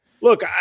Look